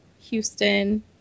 Houston